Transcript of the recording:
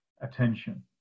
attention